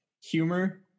Humor